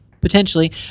Potentially